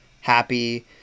happy